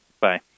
Bye